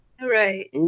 Right